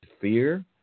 fear